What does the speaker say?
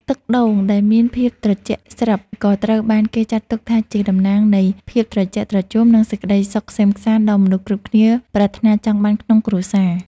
ទឹកដូងដែលមានភាពត្រជាក់ស្រិប ក៏ត្រូវបានគេចាត់ទុកថាជាតំណាងនៃភាពត្រជាក់ត្រជុំ និងសេចក្តីសុខក្សេមក្សាន្តដែលមនុស្សគ្រប់គ្នាប្រាថ្នាចង់បានក្នុងគ្រួសារ។